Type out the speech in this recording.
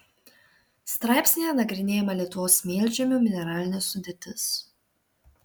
straipsnyje nagrinėjama lietuvos smėlžemių mineralinė sudėtis